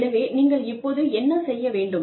எனவே நீங்கள் இப்போது என்ன செய்ய வேண்டும்